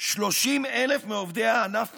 30,000 מעובדי הענף פוטרו.